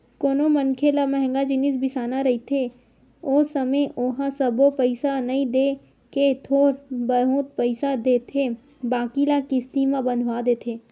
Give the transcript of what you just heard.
कोनो मनखे ल मंहगा जिनिस बिसाना रहिथे ओ समे ओहा सबो पइसा नइ देय के थोर बहुत पइसा देथे बाकी ल किस्ती म बंधवा देथे